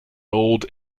old